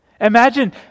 Imagine